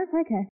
Okay